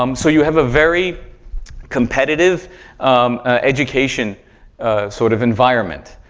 um so, you have a very competitive education sort of environment.